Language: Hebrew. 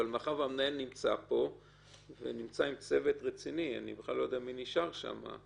אבל מאחר והמנהל נמצא פה עם צוות רציני אני בכלל לא יודע מי נשאר שם,